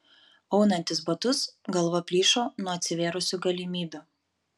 aunantis batus galva plyšo nuo atsivėrusių galimybių